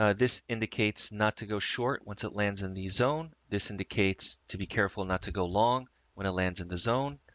ah this indicates not to go short, once it lands in the zone, this indicates to be careful not to go long when a lands in the zone,